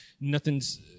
nothing's